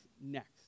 next